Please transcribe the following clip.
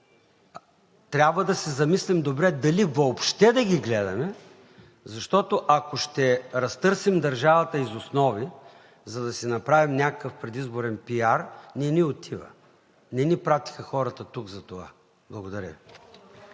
Трябва да се замислим добре дали въобще да ги гледаме, защото, ако ще разтърсим държавата из основи, за да си направим някакъв предизборен пиар, не ни отива, не ни пратиха тук за това. Благодаря Ви.